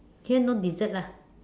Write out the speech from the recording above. here no dessert lah